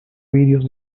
videos